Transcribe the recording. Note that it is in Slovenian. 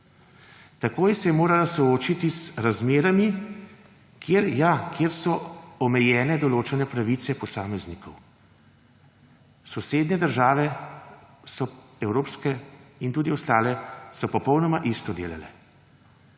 Takoj se je morala soočiti z razmerami, kjer so omejene določene pravice posameznikov. Sosednje evropske države in tudi ostale so popolnoma isto delale.